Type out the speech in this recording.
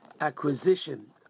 acquisition